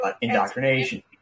indoctrination